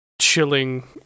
chilling